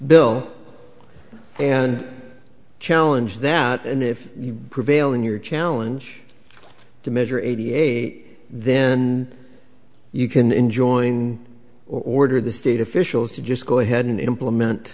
bill and challenge that and if you prevail in your challenge to measure eighty eight then you can enjoin order the state officials to just go ahead and implement